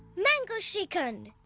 mango srikhand!